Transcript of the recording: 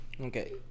Okay